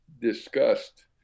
discussed